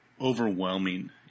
overwhelming